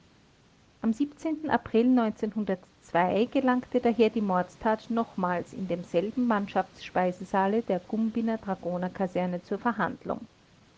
am april gelangte daher die mordtat nochmals in demselben mannschaftsspeisesaale der gumbinner dragonerkaserne zur verhandlung